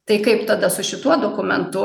tai kaip tada su šituo dokumentu